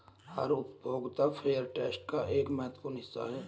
हर उपभोक्ता फेयरट्रेड का एक महत्वपूर्ण हिस्सा हैं